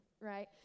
right